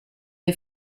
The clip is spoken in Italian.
dei